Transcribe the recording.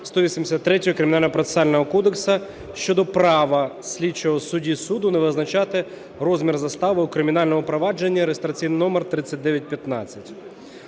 183 Кримінально-процесуального кодексу України щодо права слідчого судді, суду не визначати розмір застави у кримінальному провадженні (реєстраційний номер 3915).